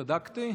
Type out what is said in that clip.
צדקתי?